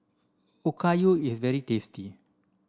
Okayu is very tasty